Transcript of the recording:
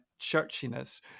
churchiness